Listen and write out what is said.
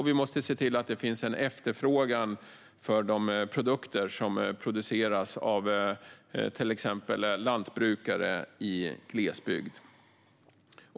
Vi måste också se till att det finns en efterfrågan på de produkter som produceras av till exempel lantbrukare i glesbygd.